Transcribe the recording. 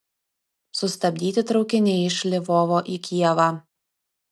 sustabdyti traukiniai iš lvovo į kijevą